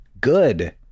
good